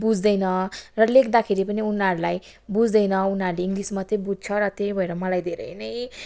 बुझ्दैन र लेख्दाखेरि पनि उनीहरूलाई बुझ्दैन उनीहरूले इङ्गलिस मात्रै बुझ्छ र त्यही भएर मलाई धेरै नै